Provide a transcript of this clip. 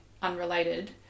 unrelated